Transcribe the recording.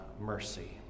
mercy